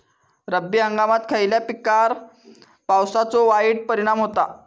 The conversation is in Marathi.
रब्बी हंगामात खयल्या पिकार पावसाचो वाईट परिणाम होता?